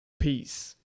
peace